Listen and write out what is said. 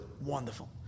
wonderful